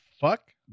fuck